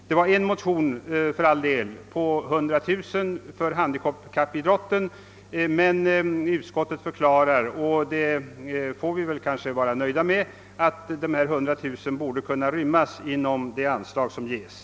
Det har väckts en motion om en höjning med 100 000 kronor till handikappidrotten, men utskottet förklarar — vilket vi kanske får vara nöjda med — att denna summa borde kunna inrymmas i det anslag som föreslås.